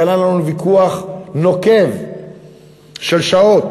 כאן היה לנו ויכוח נוקב של שעות